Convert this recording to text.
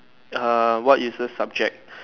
err what useless subject